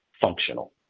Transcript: functional